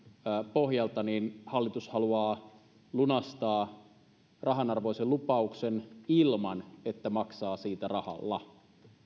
pohjalta niin hallitus haluaa lunastaa rahanarvoisen lupauksen ilman että maksaa siitä rahalla